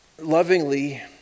lovingly